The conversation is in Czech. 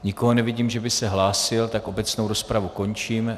Nikoho nevidím, že by se hlásil, tak obecnou rozpravu končím.